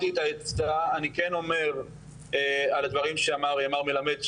אני כן אומר על הדברים שאמר מר מלמד,